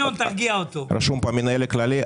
רשום פה מנהל כללי,